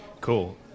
Cool